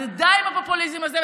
אז די עם הפופוליזם הזה,